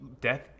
death